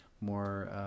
more